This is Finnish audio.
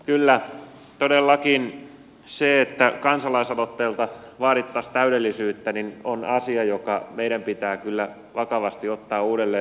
kyllä todellakin se että kansalaisaloitteelta vaadittaisiin täydellisyyttä on asia joka meidän pitää vakavasti ottaa uudelleen pohdintaan